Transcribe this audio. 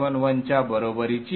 8871 च्या बरोबरीची द्या